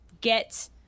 get